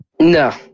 No